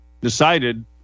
decided